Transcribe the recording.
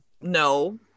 no